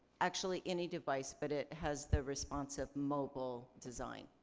actually any device but it has the responsive mobile design.